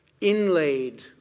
inlaid